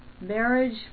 Marriage